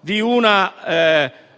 di una